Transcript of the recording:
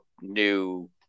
new